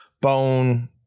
bone